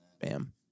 Bam